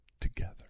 together